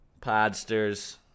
Podsters